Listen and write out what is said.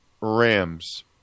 Rams